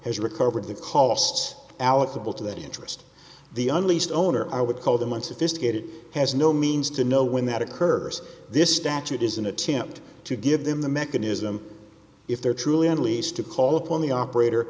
has recovered the costs alex a bill to that interest the unleased owner i would call them unsophisticated has no means to know when that occurs this statute is an attempt to give them the mechanism if they're truly at least to call upon the operator